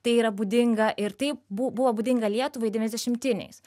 tai yra būdinga ir tai bu buvo būdinga lietuvai devyniasdešimtiniais